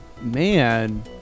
Man